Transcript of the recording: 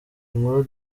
inkuru